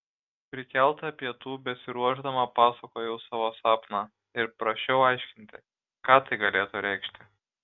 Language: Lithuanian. prikelta pietų besiruošdama pasakojau savo sapną ir prašiau aiškinti ką tai galėtų reikšti